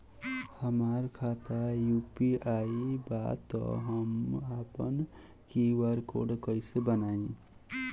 हमार खाता यू.पी.आई बा त हम आपन क्यू.आर कोड कैसे बनाई?